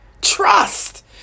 Trust